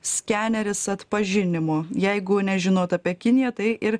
skeneris atpažinimo jeigu nežinot apie kiniją tai ir